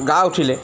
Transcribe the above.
গা উঠিলে